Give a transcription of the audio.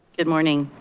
good morning.